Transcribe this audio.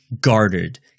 guarded